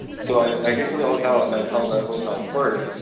so i get to the hotel, and i tell the hotel clerk,